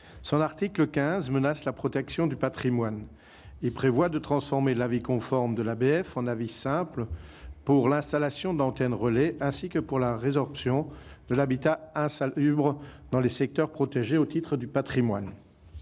son article 15 menace la protection du patrimoine et prévoit de transformer l'avis conforme de l'architecte des bâtiments de France, l'ABF, en avis simple pour l'installation d'antennes relais, ainsi que pour la résorption de l'habitat insalubre dans les secteurs protégés au titre du patrimoine.